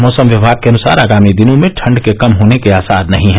मौसम विभाग के अनुसार आगामी दिनों में ठंड के कम होने के आसार नहीं हैं